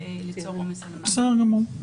ליצור עומס --- בסדר גמור,